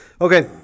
Okay